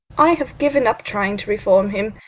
i have given up trying to reform him.